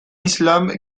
islam